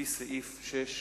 לפי סעיף 6 לחוק.